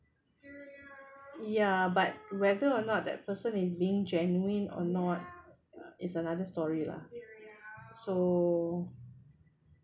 ya but whether or not that person is being genuine or not is another story lah so